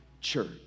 church